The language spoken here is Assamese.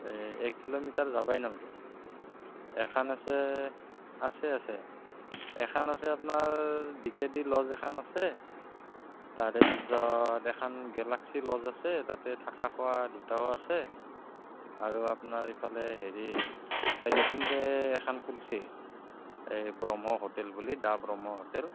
এই এক কিলোমিটাৰ যাবাই নালগে এখন আছে আছে আছে এখন আছে আপোনাৰ ডিকেডি লজ এখন আছে তাৰেপিছত এখন গেলাক্সি লজ আছে তাতে থাকা খোৱা দুটাও আছে আৰু আপোনাৰ ইফালে হেৰি এই নতুনকে এখন খুলিছি এই ব্ৰহ্ম হোটেল বুলি দা ব্ৰহ্ম হোটেল